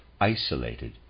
isolated